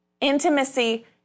Intimacy